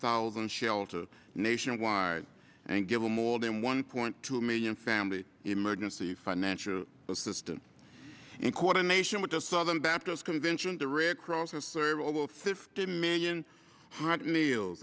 thousand shelter nationwide and given more than one point two million family emergency financial assistance in coordination with the southern baptist convention the red cross has served over fifteen million